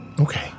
Okay